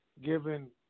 given